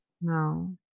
no